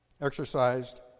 exercised